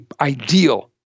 ideal